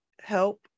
help